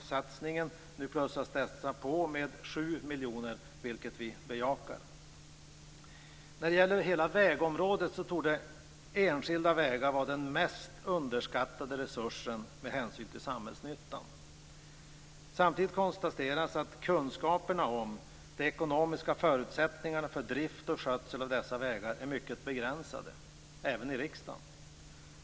Nu plussas detta på med 7 miljoner, vilket vi bejakar. När det gäller hela vägområdet torde enskilda vägar vara den mest underskattade resursen med hänsyn till samhällsnyttan. Samtidigt konstateras att kunskaperna om de ekonomiska förutsättningarna för drift och skötsel av dessa vägar är mycket begränsade, även i riksdagen.